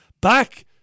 back